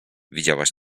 widziałaś